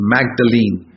Magdalene